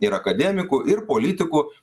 ir akademikų ir politikų